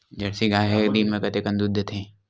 Jersey गाय ह एक दिन म कतेकन दूध देथे?